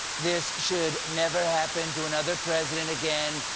this should never happen to another president again.